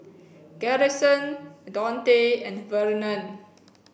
garrison Daunte and Vernon